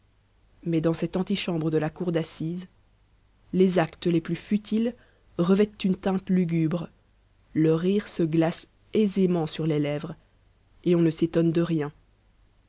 mais dans cette antichambre de la cour d'assises les actes les plus futiles revêtent une teinte lugubre le rire se glace aisément sur les lèvres et on ne s'étonne de rien